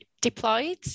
deployed